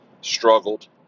struggled